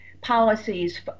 policies